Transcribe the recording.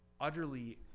utterly